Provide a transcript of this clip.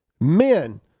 Men